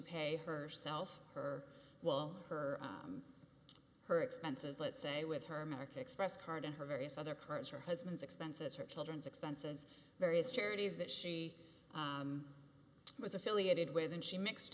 pay her self her well her her expenses let's say with her american express card and her various other cards her husband's expenses her children's expenses various charities that she was affiliated with and she mixed